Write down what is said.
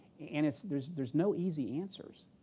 and it's there's there's no easy answers.